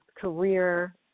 career